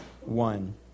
One